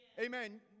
Amen